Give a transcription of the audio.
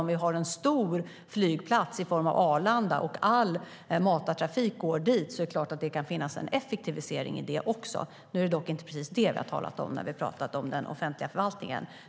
Om vi har en stor flygplats i form av Arlanda och all matartrafik går dit är det klart att det kan finnas en effektivisering i det också. Nu är det dock inte precis det vi har talat om när vi har talat om den offentliga förvaltningen.